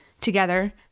together